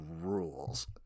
rules